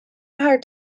haar